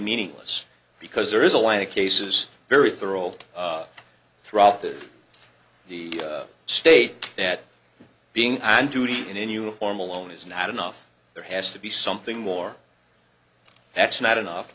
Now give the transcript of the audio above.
meaningless because there is a line of cases very thoroughly throughout the the state that being on duty and in uniform alone is not enough there has to be something more that's not enough